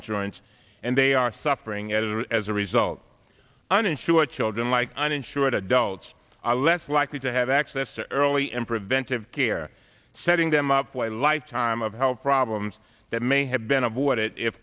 insurance and they are suffering as well as a result uninsured children like uninsured adults are less likely to have access to early and preventive care setting them up for a lifetime of health problems that may have been avoid